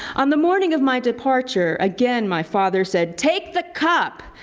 on the morning of my departure, again my father said, take the cup!